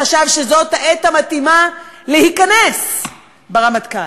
חשב שזאת העת המתאימה להיכנס ברמטכ"ל,